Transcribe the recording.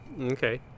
Okay